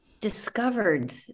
Discovered